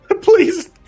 Please